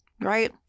right